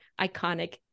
iconic